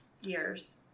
years